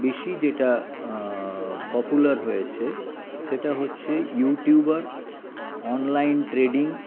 বেশি যেটা পপুলার হয়েছে সেটা হচ্ছে ইউটিউব আর অনলাইন ট্রেডিং